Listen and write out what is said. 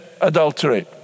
adultery